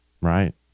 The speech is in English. Right